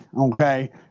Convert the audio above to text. okay